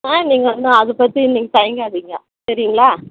மா நீங்கள் வந்து அதை பற்றி நீங்கள் தயங்காதிங்க சரிங்களா